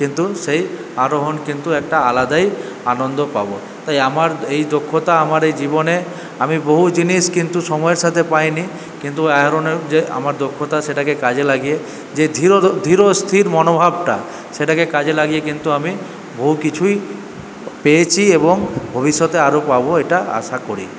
কিন্তু সেই আরোহণ কিন্তু একটা আলাদাই আনন্দ পাবো তাই আমার এই দক্ষতা আমার এই জীবনে আমি বহু জিনিস কিন্তু সময়ের সাথে পাইনি কিন্তু আরোহণের যে আমার দক্ষতা সেটাকে কাজে লাগিয়ে যে ধীর ধীর ও স্থির মনোভাবটা সেটাকে কাজে লাগিয়ে কিন্তু আমি বহু কিছুই পেয়েছি এবং ভবিষ্যতে আরও পাবো এটা আশা করি